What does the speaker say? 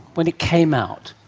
when it came out,